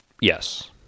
Yes